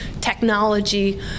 technology